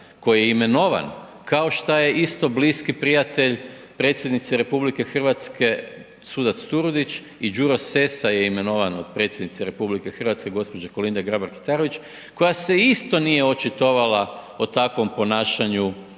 koji je imenovan, kao šta je isto bliski prijatelj predsjednice RH sudac Turudić i Đuro Sesa je imenovan od predsjednice RH gđe. Kolinde Grabar Kitarović koja se isto nije očitovala o takvom ponašanju